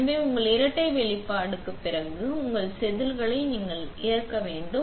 எனவே உங்கள் இரட்டை வெளிப்பாடு பிறகு நீங்கள் உங்கள் செதில் இறக்க வேண்டும்